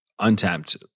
untapped